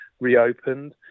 reopened